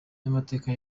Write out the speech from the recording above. y’amateka